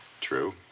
True